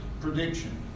prediction